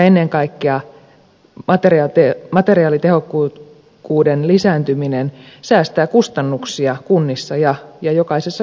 ennen kaikkea materiaalitehokkuuden lisääntyminen säästää kustannuksia kunnissa ja jokaisessa kotitaloudessakin